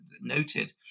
noted